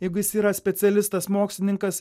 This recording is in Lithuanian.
jeigu jis yra specialistas mokslininkas